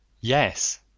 Yes